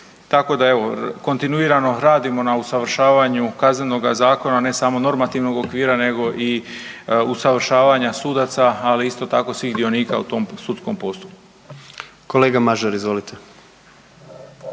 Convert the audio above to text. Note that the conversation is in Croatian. tako da evo, kontinuirano radimo na usavršavanju Kaznenoga zakona, ne samo normativnog okvira nego i usavršavanja sudaca, ali isto tako, svih dionika u tom sudskom postupku. **Jandroković,